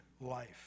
life